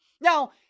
Now